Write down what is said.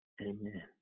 Amen